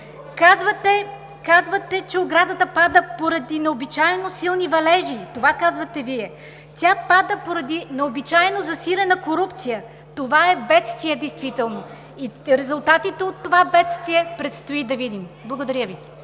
Казвате, че оградата пада поради необичайно силни валежи. Това казвате Вие. Тя пада поради необичайно засилена корупция. Това е бедствие действително и резултатите от това бедствие предстои да видим. Благодаря Ви.